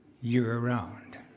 year-round